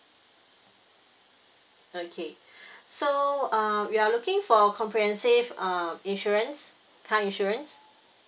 okay so uh you are looking for a comprehensive uh insurance car insurance